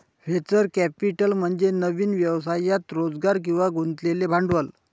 venture capital म्हणजे नवीन व्यवसायात रोजगार किंवा गुंतवलेले भांडवल